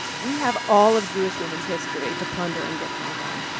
we have all of jewish women's history to plunder and get drunk on.